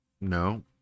no